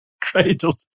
cradled